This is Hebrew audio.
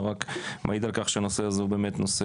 זה רק מעיד על כך שהנושא הזה הוא באמת נושא